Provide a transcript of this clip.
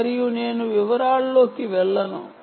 మరియు నేను వివరాల్లోకి వెళ్ళను